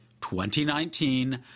2019